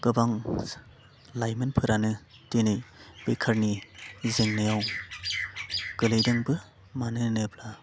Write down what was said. गोबां लाइमोनफोरानो दिनै बेखारनि जेंनायाव गोलैदोंबो मानो होनोब्ला